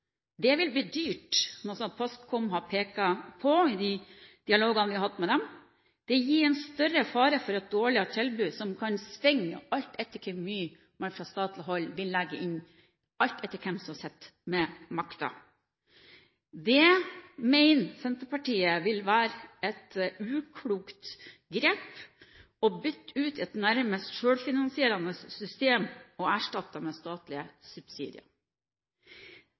Det vil bli dyrt, noe som Postkom har pekt på i dialogene vi har hatt med dem. Det gir en større fare for et dårligere tilbud som kan svinge alt etter hvor mye man fra statlig hold vil legge inn, alt etter hvem som sitter med makten. Det mener Senterpartiet vil være et uklokt grep: å bytte ut et nærmest selvfinansierende system, og erstatte det med statlige subsidier.